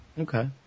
Okay